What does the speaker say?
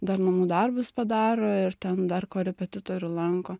dar namų darbus padaro ir ten dar korepetitorių lanko